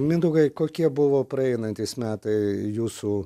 mindaugai kokie buvo praeinantys metai jūsų